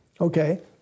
Okay